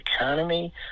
economy